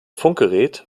funkgerät